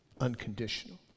unconditional